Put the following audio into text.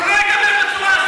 הוא לא ידבר בצורה,